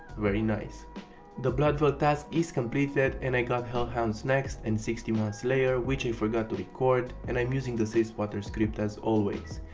very nice the bbloodveld task is completed and i got a hellhounds next and sixty one slayer which i forgot to record and i am using the safespotter script as always.